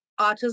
autism